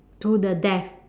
to the death